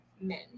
men